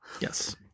Yes